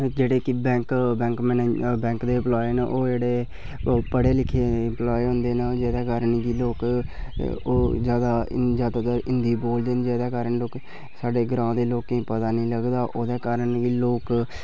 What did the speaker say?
जेह्ड़े कि bank bank manager bank दे इम्पलाय न जेह्ड़े ओह् पढ़े लिखे दे इंप्लाय होंदे न जेह्ड़े लोक ओह् जैदा हिंदी बोलदे न जेह्दे कारण साढ़े ग्रांऽ दे लोकें गी पता निं लगदा ओह्दे कारण बी लोक